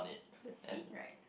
the seat right